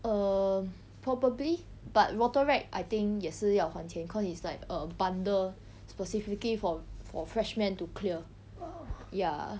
err probably but rotaract I think 也是要还钱 cause it's like a bundle specifically for for freshmen to clear ya